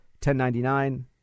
1099